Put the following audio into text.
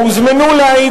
או הוזמנו להעיד,